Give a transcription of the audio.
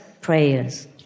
prayers